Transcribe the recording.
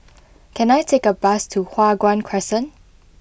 can I take a bus to Hua Guan Crescent